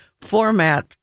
format